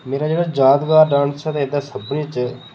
मेरा जेह्ड़ा यादगार डांस ऐ ते एह्दा सभनें च